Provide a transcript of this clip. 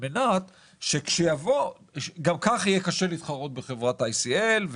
גם כך יהיה קשה להתחרות בחברת ICL,